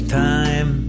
time